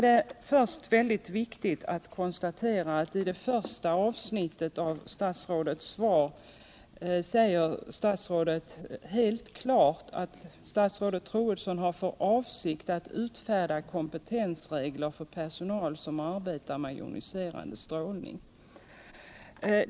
Det är då mycket viktigt att konstatera att statsrådet i första avsnittet av sitt svar helt klart säger att hon har för avsikt att utfärda kompetensregler för personal som arbetar med joniserande strålning.